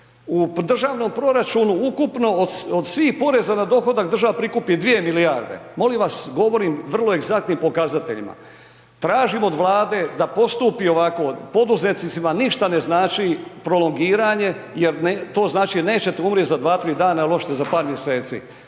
U državnom proračunu ukupno od svih poreza na dohodak država prikupi 2 milijarde. Molim vas govorim vrlo egzaktnim pokazateljima, tražim od Vlade da postupi ovako, poduzetnicima ništa ne znači prolongiranje jer to znači nećete umrijeti za dva, tri dana, ali hoćete za par mjeseci.